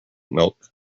milk